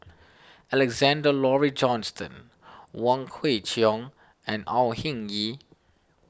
Alexander Laurie Johnston Wong Kwei Cheong and Au Hing Yee